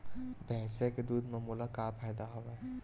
भैंसिया के दूध म मोला का फ़ायदा हवय?